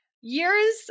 Years